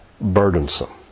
burdensome